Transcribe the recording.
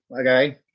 Okay